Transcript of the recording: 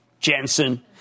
Jensen